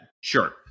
Sure